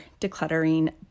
decluttering